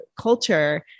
culture